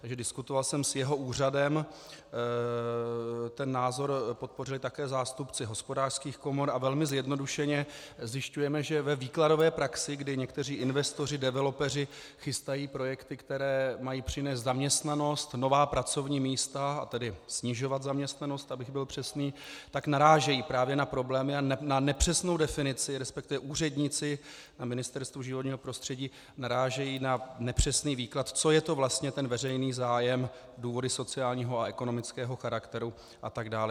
Takže diskutoval jsem s jeho úřadem, ten názor podpořili také zástupci hospodářských komor, a velmi zjednodušeně zjišťujeme, že ve výkladové praxi, kdy někteří investoři, developeři chystají projekty, které mají přinést zaměstnanost, nová pracovní místa, a tedy snižovat nezaměstnanost, abych byl přesný, narážejí právě na problémy a na nepřesnou definici, resp. úředníci na Ministerstvu životního prostředí narážejí na nepřesný výklad, co je to vlastně ten veřejný zájem, důvody sociálního a ekonomického charakteru atd.